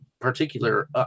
Particular